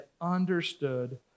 understood